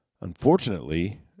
Unfortunately